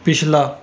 ਪਿਛਲਾ